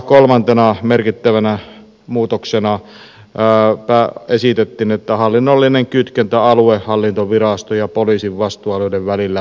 kolmantena merkittävänä muutoksena esitettiin että hallinnollinen kytkentä aluehallintovirastojen ja poliisin vastuualueiden välillä puretaan